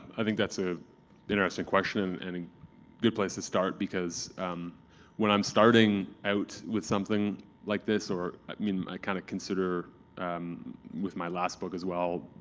i think that's a interesting question and a good place to start, because when i'm starting out with something like this or. i mean i kind of consider um with my last book as well,